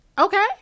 Okay